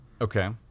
Okay